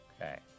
Okay